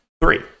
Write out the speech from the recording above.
three